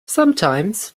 sometimes